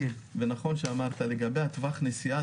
ונכון שאמרת לגבי טווח הנסיעה,